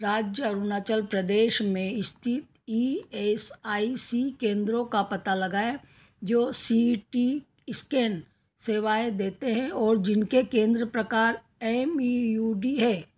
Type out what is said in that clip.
राज्य अरुणाचल प्रदेश में स्थित ई एस आई सी केंद्रों का पता लगाएँ जो सी टी इस्कैन सेवाएँ देते हैं और जिनके केंद्र प्रकार एम ई यू डी हैं